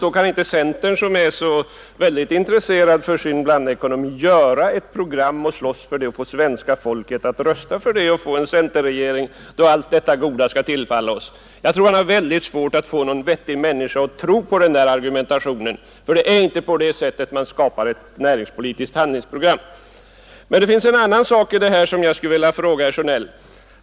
Varför kan inte centern, som är så väldigt intresserad av blandekonomin, göra ett eget program och slåss för det för att få svenska folket att rösta för det och få en centerregering, då allt detta goda skall tillfalla oss? Jag tror att herr Sjönell har väldigt svårt att få någon vettig människa att tro på den där argumentationen. Det är inte på det sättet man skapar ett näringspolitiskt handlingsprogram. Men det finns en annan fråga som jag skulle vilja ställa till herr Sjönell.